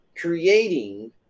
creating